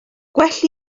gwell